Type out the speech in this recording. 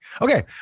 Okay